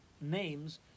names